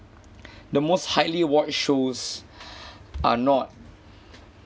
the most highly watched shows are not